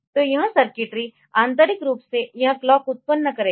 तो यह सर्किटरी आंतरिक रूप से यह क्लॉक उत्पन्न करेगा